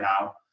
now